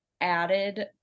added